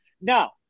Now